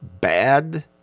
bad